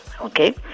Okay